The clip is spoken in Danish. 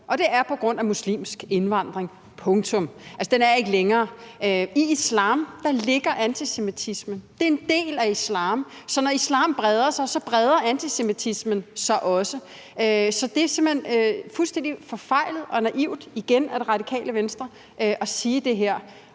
og det er på grund af muslimsk indvandring – punktum! Altså, den er ikke længere. I islam ligger der antisemitisme. Det er en del af islam, så når islam breder sig, så breder antisemitismen sig også. Så det er simpelt hen, igen, fuldstændig forfejlet og naivt af Radikale Venstre at sige det her.